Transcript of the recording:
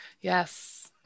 Yes